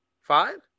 Five